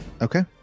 Okay